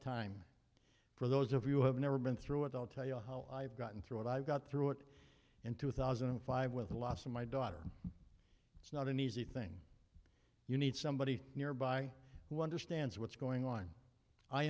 time for those of you who have never been through it i'll tell you how i've gotten through it i've got through it in two thousand and five with the loss of my daughter it's not an easy thing you need somebody nearby who understands what's going on i